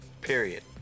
Period